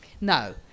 No